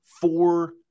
four